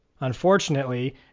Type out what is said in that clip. Unfortunately